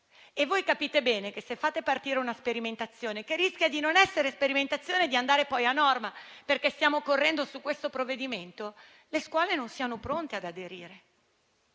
Voi capite bene che, se fate partire una sperimentazione, che rischia di non essere sperimentazione e di andare poi a norma, perché stiamo correndo su questo provvedimento, le scuole non sono pronte ad aderire.